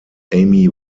amy